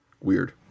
weird